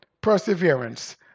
perseverance